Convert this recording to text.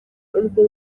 urwo